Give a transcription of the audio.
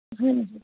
ਹਾਂਜੀ